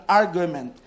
argument